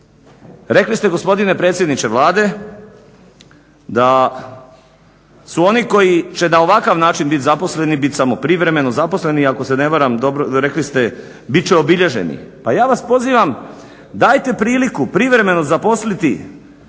Rekli ste gospodine predsjedniče Vlade da su oni koji će na ovakav način biti zaposleni biti samo privremeno zaposleni i ako se ne varam rekli ste bit će obilježeni. Pa ja vas pozivam, dajte priliku privremeno zaposliti